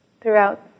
throughout